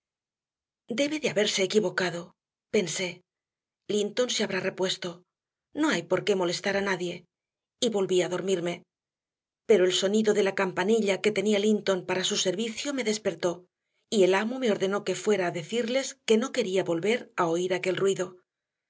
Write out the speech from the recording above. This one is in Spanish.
debe de haberse equivocado pensé linton se habrá repuesto no hay por qué molestar a nadie y volví a dormirme pero el sonido de la campanilla que tenía linton para su servicio me despertó y el amo me ordenó que fuera a decirles que no quería volver a oír aquel ruido